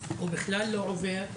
אפילו בכלל לא עובר.